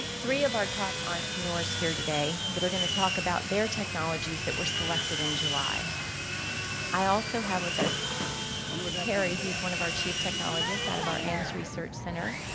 three of our top entrepreneurs here today that are going to talk about their technologies that were selected in july i also have with us harry. harry. he's one of our chief technologists out of our ames research center,